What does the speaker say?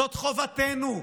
זאת חובתנו.